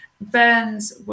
Burns